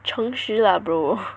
诚实 lah bro